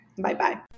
Bye-bye